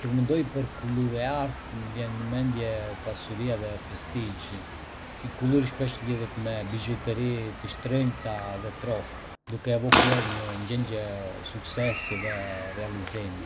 Kur mendoj për kulur e artë, më vjen në mendje pasuria dhe prestigji. Kjo kulur shpesh lidhet me bizhuteri të shtrenjta dhe trofe, duke evokuar një ndjenjë suksesi dhe realizimi.